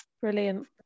brilliant